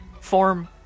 form